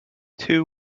two